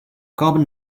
carbon